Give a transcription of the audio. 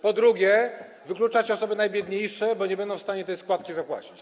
Po drugie, wykluczacie osoby najbiedniejsze, bo one nie będą w stanie tej składki zapłacić.